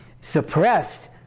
suppressed